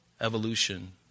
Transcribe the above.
Evolution